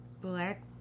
black